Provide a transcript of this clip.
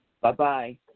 Bye-bye